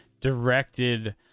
directed